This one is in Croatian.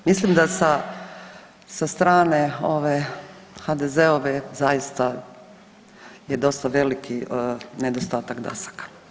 Mislim da sa strane ove HDZ-ove zaista je dosta veliki nedostatak dasaka.